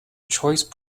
choice